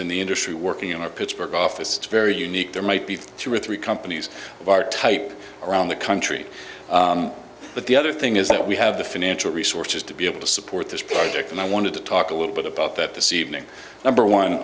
in the industry working in our pittsburgh office it's very unique there might be two or three companies that are type around the country but the other thing is that we have the financial resources to be able to support this project and i wanted to talk a little bit about that this evening number one